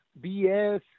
BS